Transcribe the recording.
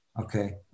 Okay